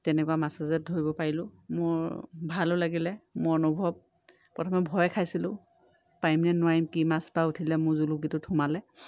তেনেকুৱা মাছে যে ধৰিব পাৰিলোঁ মোৰ ভালো লাগিলে মোৰ অনুভৱ প্ৰথমে ভয় খাইছিলোঁ পাৰিম নে নোৱাৰিম কি মাছ বা উঠিলে মোৰ জুলুকিটোত সোমালে